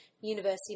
University